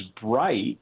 bright